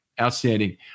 outstanding